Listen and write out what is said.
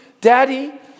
daddy